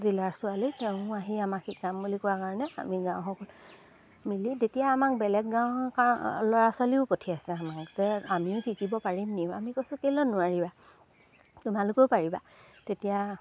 জিলাৰ ছোৱালী তেওঁ আহি আমাক শিকাম বুলি কোৱা কাৰণে আমি গাঁওসকল মিলি তেতিয়া আমাক বেলেগ গাঁৱৰ কাৰ ল'ৰা ছোৱালীও পঠিয়াইছে আমাক যে আমিও শিকিব পাৰিম নেকি আমি কৈছোঁ কেলৈ নোৱাৰিবা তোমালোকেও পাৰিবা তেতিয়া